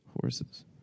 horses